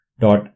dot